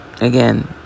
again